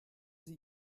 sie